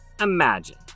imagine